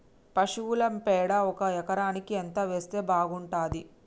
పశువుల పేడ ఒక ఎకరానికి ఎంత వేస్తే బాగుంటది?